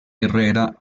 herrera